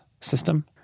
system